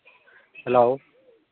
hello